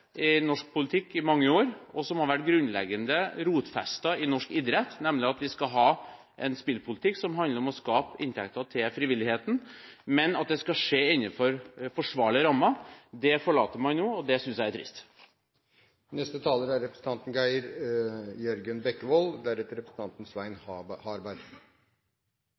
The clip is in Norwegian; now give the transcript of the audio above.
i norsk politikk i mange år, og som har vært grunnleggende rotfestet i norsk idrett – nemlig at vi skal ha en spillpolitikk som handler om å skape inntekter til frivilligheten, men at det skal skje innenfor forsvarlige rammer. Det forlater man nå, og det synes jeg er trist. Når det gjelder selve innstillingen, er